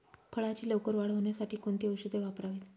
फळाची लवकर वाढ होण्यासाठी कोणती औषधे वापरावीत?